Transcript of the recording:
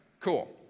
Cool